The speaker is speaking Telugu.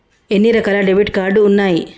ఎన్ని రకాల డెబిట్ కార్డు ఉన్నాయి?